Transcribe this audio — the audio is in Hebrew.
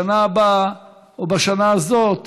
בשנה הבאה, או בשנה הזאת,